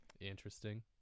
Interesting